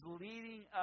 leading